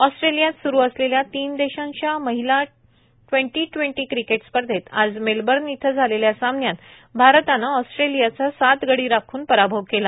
ऑस्ट्रेलियात स्रू असलेल्या तीन देशांच्या महिला ट्वेन्टी ट्वेन्टी क्रिकेट स्पर्धेत आज मेलबर्न इथं झालेल्या सामन्यात भारतानं ऑस्ट्रेलियाचा सात गडी राखून पराभव केला